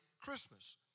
Christmas